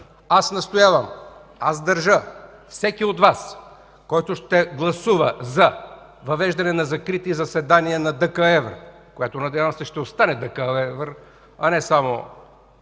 Аз настоявам, аз държа всеки от Вас, който ще гласува за въвеждане на закрити заседания на ДКЕВР, което, надявам се, ще остане ДКЕВР, а не само